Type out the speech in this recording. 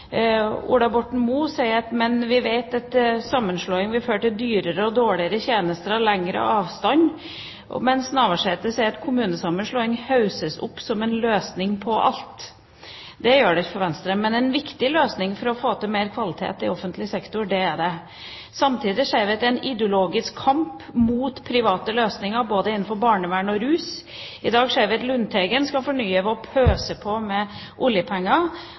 sier: «Men vi vet at det blir dyrere, vil gi dårligere tjenester og lengre avstand med kommunesammenslåing.» Og Navarsete sier: «Kommunesammenslåing hausses opp som en løsning på alt.» Det gjør det ikke for Venstre, men det er en viktig løsning for å få til mer kvalitet i offentlig sektor. Samtidig ser vi at det er en ideologisk kamp mot private løsninger, både innenfor barnevern og rus. I dag ser vi at Lundteigen skal fornye ved å pøse på med oljepenger,